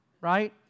Right